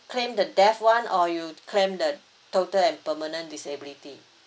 claim the death one or you claim the total and permanent disability